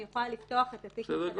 אני יכולה לפתוח את התיק מחדש,